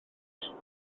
ddiflas